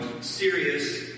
serious